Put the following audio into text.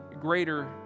greater